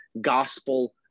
gospel